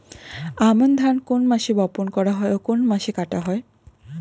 আমন ধান কোন মাসে বপন করা হয় ও কোন মাসে কাটা হয়?